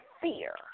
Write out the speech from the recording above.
fear